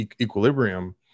equilibrium